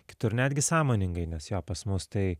kitur netgi sąmoningai nes jo pas mus tai